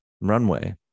Runway